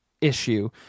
issue